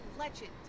legend